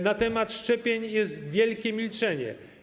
Na temat szczepień jest wielkie milczenie.